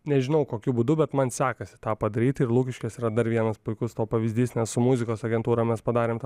nežinau kokiu būdu bet man sekasi tą padaryti ir lukiškės yra dar vienas puikus to pavyzdys nes su muzikos agentūra mes padarėm tą